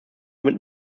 mit